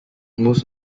most